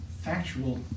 factual